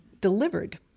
delivered